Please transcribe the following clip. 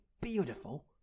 beautiful